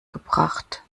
gebracht